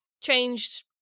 changed